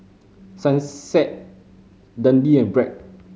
Sunsweet Dundee and Bragg